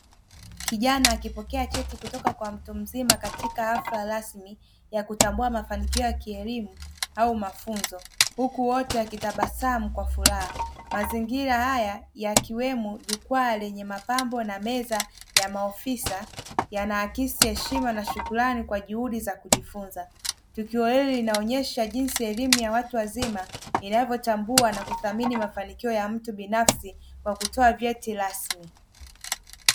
Kijana akipokea cheti kutoka kwa mtu mzima katika hafla rasmi ya kutambua mafanikio ya kielimu au mafunzo huku wote wakitabasamu kwa furaha. Mazingira haya yakiwemo jukwaa lenye mapambo na meza ya maofisa yanaakisi heshima na shukurani kwa juhudi za kujifunza. Tukio hili linaonyesha jinsi elimu ya watu wazima inavyotambua na kuthamini mafanikio ya mtu binafsi kwa kutoa vyeti rasmi.